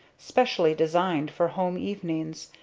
specially designed for home evenings,